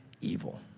evil